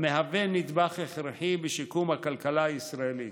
המהווה נדבך הכרחי בשיקום הכלכלה הישראלית.